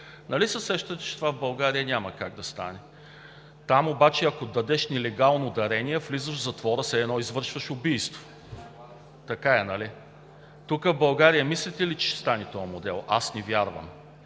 Нали се сещате, че това в България няма как да стане. Там обаче, ако дадеш нелегално дарение, влизаш в затвора все едно извършваш убийство. (Шум и реплики.) Така е, нали? Тук, в България, мислите ли, че ще стане този модел? Аз не вярвам.